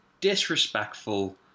disrespectful